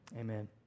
amen